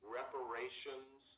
reparations